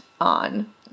on